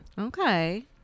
okay